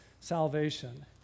salvation